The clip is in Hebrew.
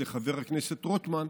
חבר הכנסת רוטמן,